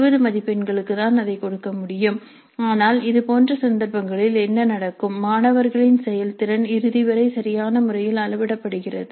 20 மதிப்பெண்களுக்கு நான் அதைக் கொடுக்க முடியும் ஆனால் இதுபோன்ற சந்தர்ப்பங்களில் என்ன நடக்கும் மாணவர்களின் செயல்திறன் இறுதிவரை சரியான முறையில் அளவிடப்படுகிறது